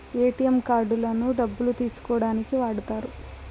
ATM కార్డులను డబ్బులు తీసుకోనీకి వాడుతారు